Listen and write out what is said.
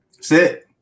Sit